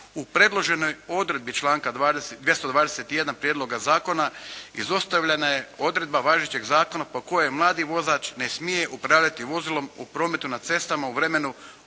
U predloženoj odredbi članka 221. prijedloga zakona izostavljena je odredbe važećeg zakona po kojoj mladi vozač ne smije upravljati vozilom u prometu na cestama u vremenu